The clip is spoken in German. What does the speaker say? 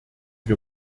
wir